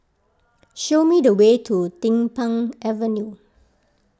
show me the way to Din Pang Avenue